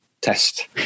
Test